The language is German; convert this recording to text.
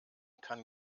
kann